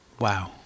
Wow